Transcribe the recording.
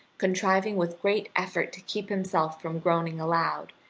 contriving with great effort to keep himself from groaning aloud,